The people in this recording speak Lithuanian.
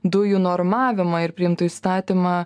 dujų normavimą ir priimtų įstatymą